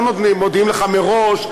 לא מודיעים לך מראש: